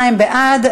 22 בעד.